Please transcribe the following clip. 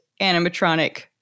animatronic